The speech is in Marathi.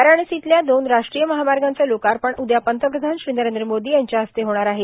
वाराणसीतल्या दोन राष्ट्रीय महामागाचं लोकापण उद्या पंतप्रधान नरद्र मोर्दो यांच्या हस्ते होणार आहे